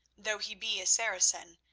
though he be a saracen,